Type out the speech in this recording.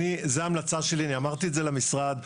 זאת ההמלצה שלי, אני אמרתי את זה למשרד.